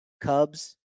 Cubs